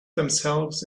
themselves